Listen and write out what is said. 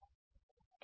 मी